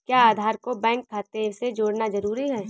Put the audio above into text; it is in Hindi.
क्या आधार को बैंक खाते से जोड़ना जरूरी है?